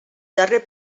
darrer